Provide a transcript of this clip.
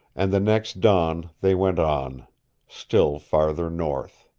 and the next dawn they went on still farther north.